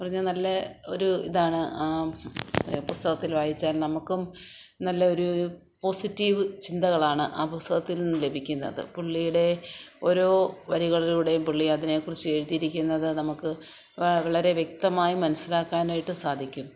വളരെ നല്ല ഒരു ഇതാണ് ആ പുസ്തകത്തിൽ വായിച്ചാൽ നമുക്കും നല്ല ഒരൂ പോസിറ്റീവ് ചിന്തകളാണ് ആ പുസ്തകത്തിൽ നിന്ന് ലഭിക്കുന്നത് പുള്ളിയുടെ ഓരോ വരികളിലൂടെയും പുള്ളി അതിനെ കുറിച്ച് എഴുതിയിരിക്കുന്നത് നമുക്ക് വളരെ വ്യക്തമായി മനസിലാക്കാനായിട്ട് സാധിക്കും